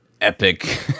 epic